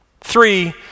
Three